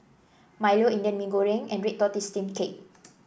Milo Indian Mee Goreng and Red Tortoise Steamed Cake